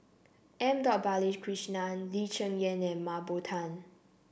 M Balakrishnan Lee Cheng Yan and Mah Bow Tan